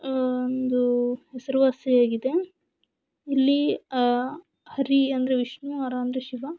ಒಂದು ಹೆಸರುವಾಸಿಯಾಗಿದೆ ಇಲ್ಲಿ ಹರಿ ಅಂದರೆ ವಿಷ್ಣು ಹರ ಅಂದರೆ ಶಿವ